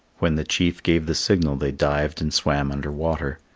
when the chief gave the signal they dived and swam under water.